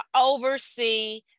oversee